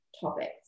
topics